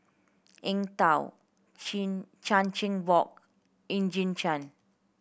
Eng Tow Chin Chan Chin Bock Eugene Chen